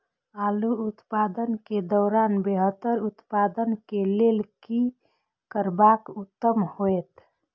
आलू उत्पादन के दौरान बेहतर उत्पादन के लेल की करबाक उत्तम होयत?